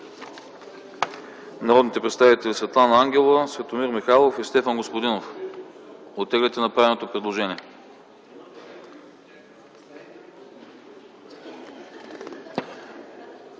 Народните представители Светлана Ангелова, Светомир Михайлов и Стефан Господинов оттеглят направеното предложение.